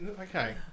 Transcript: okay